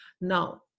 Now